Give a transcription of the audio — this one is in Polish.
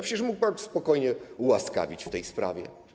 Przecież mógł spokojnie ułaskawić w tej sprawie.